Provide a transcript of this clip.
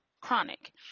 chronic